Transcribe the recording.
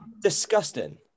disgusting